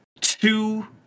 two